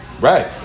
right